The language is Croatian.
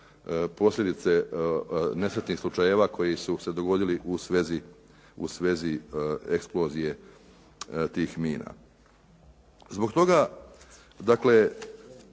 posljedice nesretnih slučajeva koji su se dogodili u svezi eksplozije tih mina.